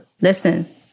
listen